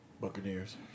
Buccaneers